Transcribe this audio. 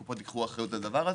הקופות ייקחו אחריות על זה.